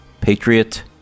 Patriot